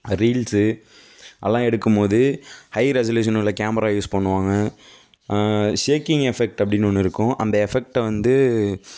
reels அதலாம் எடுக்கும்போது high resolution உள்ள கேமரா யூஸ் பண்ணுவாங்க சேக்கிங் எஃபெக்ட் அப்படின்னு ஒன்று இருக்கும் அந்த எஃபெக்ட்டை வந்து